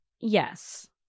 yes